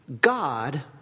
God